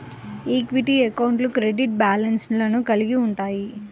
equity అకౌంట్లు credit బ్యాలెన్స్లను కలిగి ఉంటయ్యి